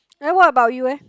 then what about you leh